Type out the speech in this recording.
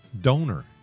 donor